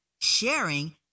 sharing